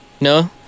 No